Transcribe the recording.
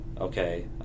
okay